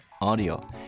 audio